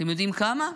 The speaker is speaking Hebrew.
אתם יודעים כמה?